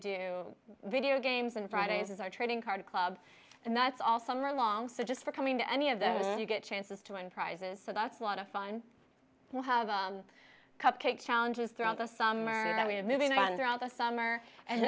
do video games and fridays is our trading card club and that's all summer long so just for coming to any of the you get chances to win prizes so that's a lot of fun we'll have cupcake challenges throughout the summer and we have moving vans around the summer and